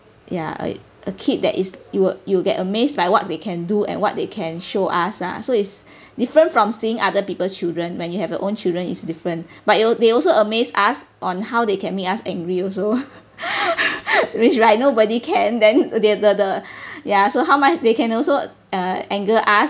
ya a a kid that is you will you will get amazed by what they can do and what they can show us lah so it's different from seeing other people's children when you have your own children is different but you they also amazed us on how they can make us angry also which like nobody can then they the the ya so how much they can also uh anger us